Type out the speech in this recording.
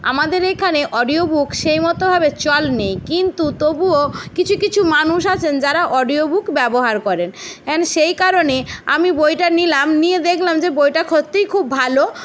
আমাদের এখানে audio book সেইমতো ভাবে চল নেই কিন্তু তবুও কিছু কিছু মানুষ আছেন যারা অডিও বুক ব্যবহার করেন এন সেই কারণে আমি বইটা নিলাম নিয়ে দেখলাম যে বইটা সত্যি খুব ভালো